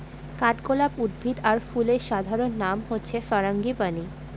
কাঠগলাপ উদ্ভিদ আর ফুলের সাধারণ নাম হচ্ছে ফারাঙ্গিপানি